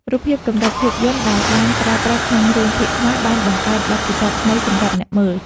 រូបភាពកម្រិតភាពយន្តដែលបានប្រើប្រាស់ក្នុងរឿងភាគខ្មែរបានបង្កើតបទពិសោធន៍ថ្មីសម្រាប់អ្នកមើល។